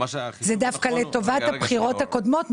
זה דווקא לטובת הבחירות הקודמות,